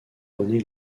rené